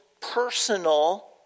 personal